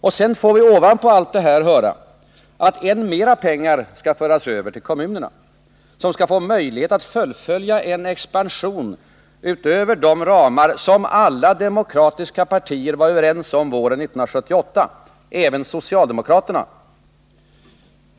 Och ovanpå detta får vi sedan höra, att än mera pengar skall föras över till kommunerna, som skall få möjlighet att fullfölja en expansion utöver de ramar som alla demokratiska partier var överens om våren 1978 — även socialdemokraterna.